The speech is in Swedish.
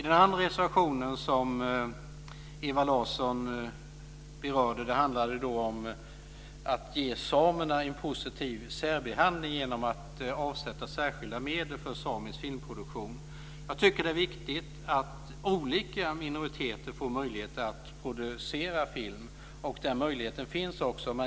Den andra reservation som Ewa Larsson berörde handlar om att ge samerna en positiv särbehandling genom att avsätta särskilda medel för samisk filmproduktion. Jag tycker att det är viktigt att olika minoriteter får möjligheter att producera film. Sådana möjligheter finns också.